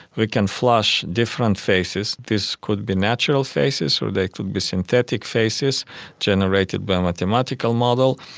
we can flash different faces, this could be natural faces or they could be synthetic faces generated by a mathematical model,